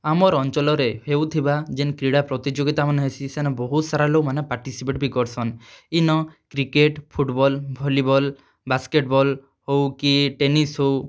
ଆମର୍ ଅଞ୍ଚଲ୍ରେ ହେଉଥିବା ଯେନ୍ କ୍ରୀଡ଼ା ପ୍ରତିଯୋଗିତା ମାନେ ହେସି ସେନ ବହୁତ୍ ସାରା ଲୋକ୍ମାନେ ପାର୍ଟିସିପେଟ୍ ବି କର୍ସନ୍ in cricket football volleyball basketball ହଉ କି ଟେନିସ୍ ହଉ